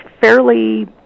fairly